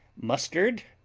mustard,